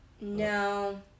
No